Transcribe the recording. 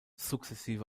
sukzessive